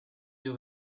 you